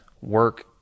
work